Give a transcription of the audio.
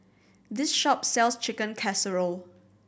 this shop sells Chicken Casserole